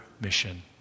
mission